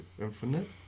Infinite